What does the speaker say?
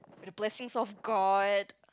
through the blessings of god